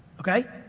okay.